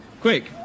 Quick